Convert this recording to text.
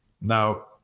Now